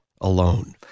alone